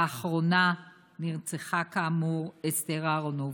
והאחרונה שנרצחה, כאמור, אסתר אהרונוביץ'.